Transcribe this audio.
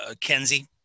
Kenzie